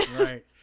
Right